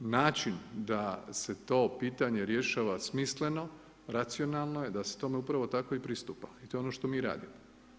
Način da se to pitanje rješava smisleno, racionalno je da se upravo tome tako i pristupa i to je ono što mi radimo.